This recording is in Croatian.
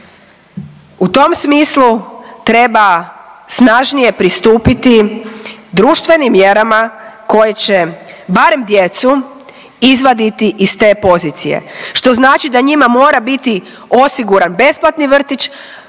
U tom smislu treba snažnije pristupiti društvenim mjerama koje će barem djecu izvaditi iz te pozicije, što znači da njima mora biti osiguran besplatni vrtić,